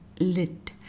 Lit